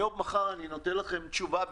היום או מחר אתן לכם תשובה,